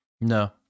No